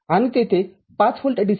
आणि तेथे ५ volt D